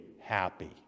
happy